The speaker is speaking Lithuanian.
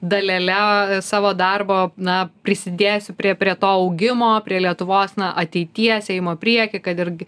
dalele savo darbo na prisidėsiu prie prie to augimo prie lietuvos na ateities seimo prieky kad irgi